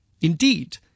Indeed